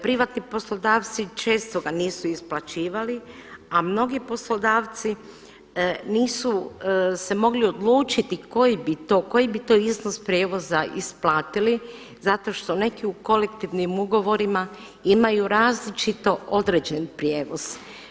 Privatni poslodavci često ga nisu isplaćivali a mnogi poslodavci nisu se mogli odlučiti koji bi to, koji bi to iznos prijevoza isplatili zato što neki u kolektivnim ugovorima imaju različito određen prijevoz.